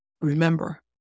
remember